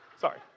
Sorry